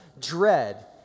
Dread